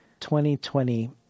2020